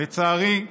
לצערי,